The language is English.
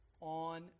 on